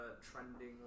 trending